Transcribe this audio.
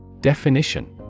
Definition